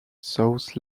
south